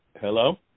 Hello